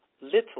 Little